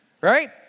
Right